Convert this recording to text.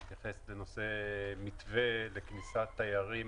אתייחס לנושא מתווה לכניסת תיירים